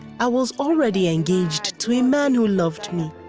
i was already engaged to a man who loved me.